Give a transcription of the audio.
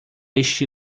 este